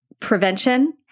prevention